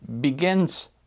begins